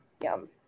yum